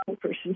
person